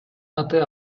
аты